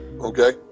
okay